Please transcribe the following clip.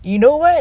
you know what